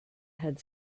had